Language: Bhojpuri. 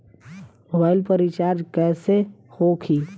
मोबाइल पर रिचार्ज कैसे होखी?